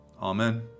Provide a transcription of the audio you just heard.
Amen